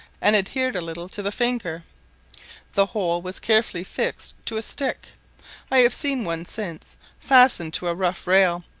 and adhered a little to the finger the whole was carefully fixed to a stick i have seen one since fastened to a rough rail.